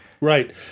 Right